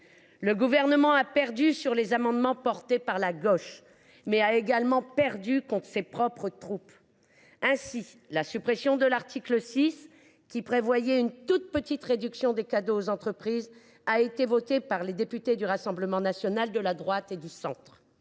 Le Gouvernement a perdu sur les amendements portés par la gauche, mais aussi contre ses propres troupes. Ainsi, la suppression de l’article 6, qui prévoyait une toute petite réduction des cadeaux aux entreprises, a été votée par les députés du Rassemblement national, de la droite et du centre.